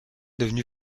devenu